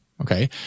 Okay